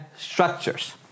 structures